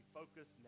focus